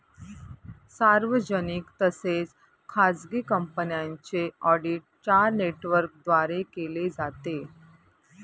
सार्वजनिक तसेच खाजगी कंपन्यांचे ऑडिट चार नेटवर्कद्वारे केले जाते